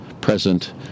present